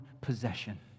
possession